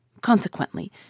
Consequently